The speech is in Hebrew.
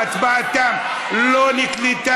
שההצבעה לא נקלטה,